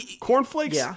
Cornflakes